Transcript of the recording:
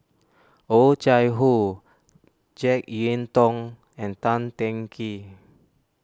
Oh Chai Hoo Jek Yeun Thong and Tan Teng Kee